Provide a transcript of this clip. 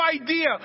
idea